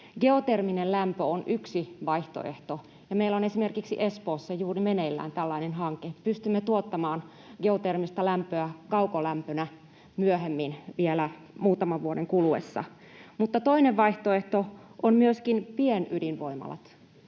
Geoterminen lämpö on yksi vaihtoehto, ja meillä on esimerkiksi Espoossa juuri meneillään tällainen hanke. Pystymme tuottamaan geotermistä lämpöä kaukolämpönä myöhemmin, vielä muutaman vuoden kuluessa. Toinen vaihtoehto on myöskin pienydinvoimalat,